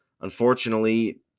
unfortunately